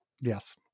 Yes